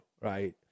right